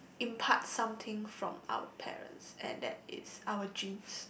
impart something from our parents and that is our genes